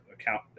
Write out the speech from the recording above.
account